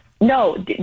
No